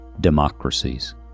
democracies